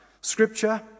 Scripture